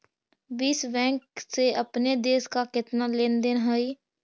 विश्व बैंक से अपने देश का केतना लें देन हई